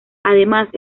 además